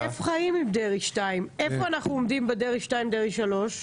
איפה אנחנו עומדים בדרעי2, דרעי3?